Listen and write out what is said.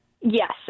Yes